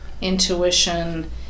intuition